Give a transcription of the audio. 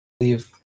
leave